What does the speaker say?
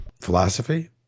philosophy